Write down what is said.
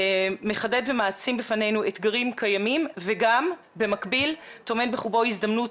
מחדד ומעצים בפנינו אתגרים קיימים וגם במקביל טומן בחובו הזדמנות